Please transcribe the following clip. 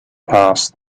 passed